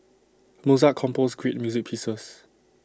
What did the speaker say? Mozart composed great music pieces